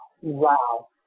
Wow